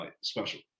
special